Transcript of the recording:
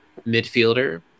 midfielder